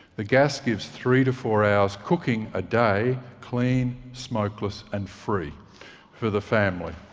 the gas gives three to four hours cooking a day clean, smokeless and free for the family.